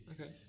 Okay